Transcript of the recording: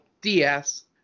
DS